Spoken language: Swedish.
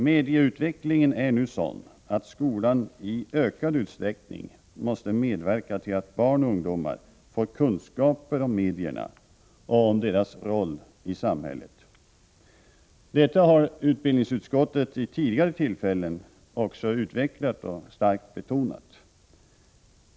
Medieutvecklingen är sådan att skolan i ökad utsträckning måste medverka till att barn och ungdom får kunskaper om medierna och deras roll i samhället. Detta har utbildningsutskottet vid tidigare tillfällen också utvecklat och starkt betonat.